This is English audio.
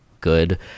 good